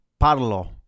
Parlo